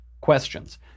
questions